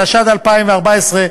התשע"ד 2014,